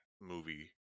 movie